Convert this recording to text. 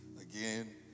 again